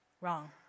Wrong